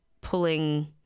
pulling